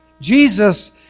Jesus